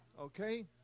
Okay